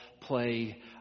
play